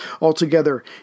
Altogether